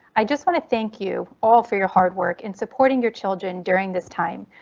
i just want to thank you all for your hard work in supporting your children during this time.